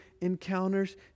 encounters